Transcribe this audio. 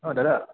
অঁ দাদা